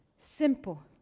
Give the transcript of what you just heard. Simple